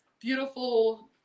beautiful